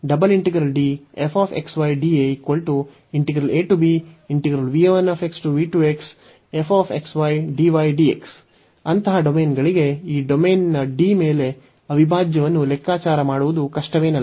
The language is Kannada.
ಅಂತಹ ಡೊಮೇನ್ಗಳಿಗೆ ಈ ಡೊಮೇನ್ನ d ಮೇಲೆ ಅವಿಭಾಜ್ಯವನ್ನು ಲೆಕ್ಕಾಚಾರ ಮಾಡುವುದು ಕಷ್ಟವೇನಲ್ಲ